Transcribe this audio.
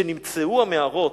כשנמצאו המערות,